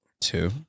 Two